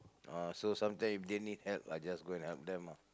ah so sometime if they need help I just go and help them ah